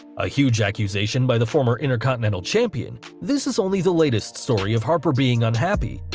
a huge accusation by the former intercontinental champion, this is only the latest story of harper being unhappy,